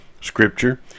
scripture